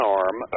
arm